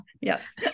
Yes